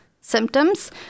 symptoms